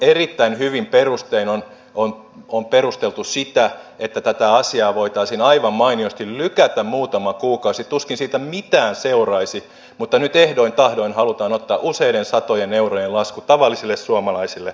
erittäin hyvin perustein on perusteltu sitä että tätä asiaa voitaisiin aivan mainiosti lykätä muutama kuukausi tuskin siitä mitään seuraisi mutta nyt ehdoin tahdoin halutaan ottaa useiden satojen eurojen lasku tavallisille suomalaisille asujille